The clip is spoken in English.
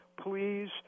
Please